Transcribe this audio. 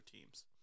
teams